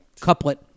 Couplet